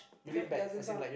that doesn't sound